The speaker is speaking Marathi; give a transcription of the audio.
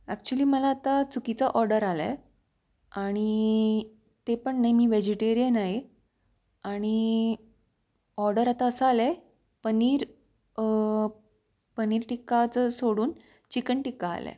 ॲक्च्युली मला आता चुकीचं ऑर्डर आला आहे आणि ते पण नाही मी व्हेजिटेरियन आहे आणि ऑर्डर आता असं आलं आहे पनीर पनीर टिक्काचं सोडून चिकन टिक्का आलं आहे